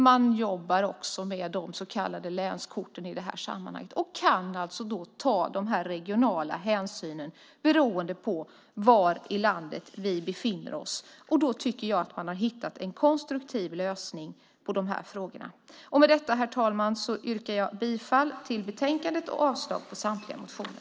Man jobbar också med de så kallade länskorten i det här sammanhanget och kan alltså ta regionala hänsyn beroende var i landet det är. Därmed tycker jag att man har hittat en konstruktiv lösning på de här frågorna. Med detta, herr talman, yrkar jag bifall till utskottets förslag i betänkandet och avslag på samtliga motioner.